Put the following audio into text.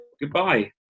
Goodbye